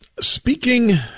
speaking